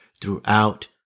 throughout